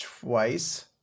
twice